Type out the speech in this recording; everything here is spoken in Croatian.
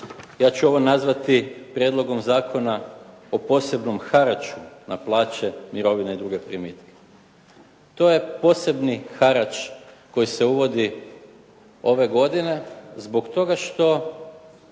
ja ću ovo nazvati prijedlogom zakona o posebnom haraču na plaće, mirovine i druge primitke. To je posebni harač koji se uvodi ove godine zbog toga što